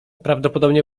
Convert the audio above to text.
prawdopodobnie